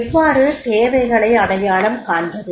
எவ்வாறு தேவைகளை அடையாளம் காண்பது